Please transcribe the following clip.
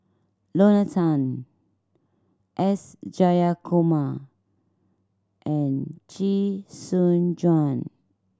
Lorna Tan S Jayakumar and Chee Soon Juan